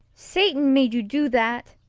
satan made you do that,